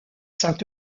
saint